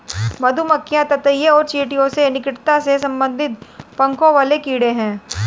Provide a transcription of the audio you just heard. मधुमक्खियां ततैया और चींटियों से निकटता से संबंधित पंखों वाले कीड़े हैं